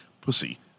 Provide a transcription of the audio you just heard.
Pussy